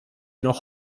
noch